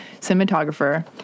cinematographer